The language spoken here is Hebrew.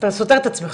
אתה סותר את עצמך,